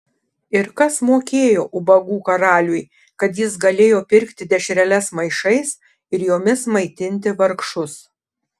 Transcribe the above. ir kas mokėjo ubagų karaliui kad jis galėjo pirkti dešreles maišais ir jomis maitinti vargšus